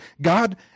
God